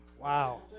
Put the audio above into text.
Wow